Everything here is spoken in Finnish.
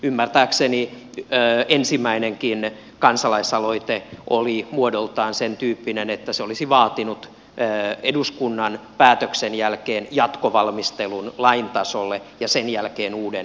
ymmärtääkseni ensimmäinenkin kansalaisaloite oli muodoltaan sentyyppinen että se olisi vaatinut eduskunnan päätöksen jälkeen jatkovalmistelun lain tasolle ja sen jälkeen uuden eduskuntakäsittelyn